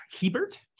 hebert